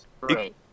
Right